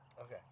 Okay